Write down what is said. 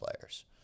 players